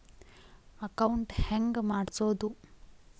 Account ಹೆಂಗ್ ಮಾಡ್ಸೋದು?